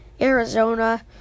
Arizona